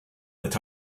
that